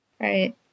Right